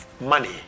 money